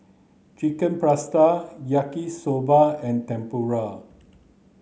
Chicken Pasta Yaki soba and Tempura